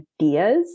ideas